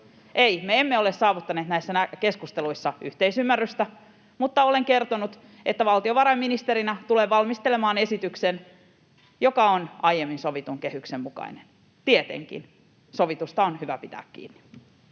emme ole saavuttaneet näissä keskusteluissa yhteisymmärrystä, mutta olen kertonut, että valtiovarainministerinä tulen valmistelemaan esityksen, joka on aiemmin sovitun kehyksen mukainen — tietenkin, sovitusta on hyvä pitää kiinni.